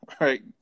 right